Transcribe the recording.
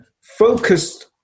focused